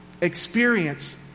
experience